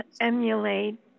emulate